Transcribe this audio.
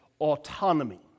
autonomy